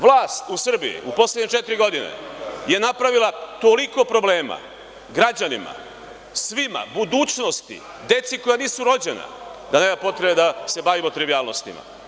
Vlast u Srbiji u poslednje četiri godine je napravila toliko problema građanima, svima, budućnosti, deci koja nisu rođena, pa nema potrebe da se bavimo trivijalnostima.